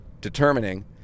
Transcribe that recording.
determining